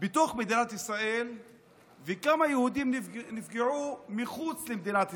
בתוך מדינת ישראל וכמה יהודים נפגעו מחוץ למדינת ישראל.